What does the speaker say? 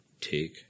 take